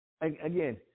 again